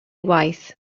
waith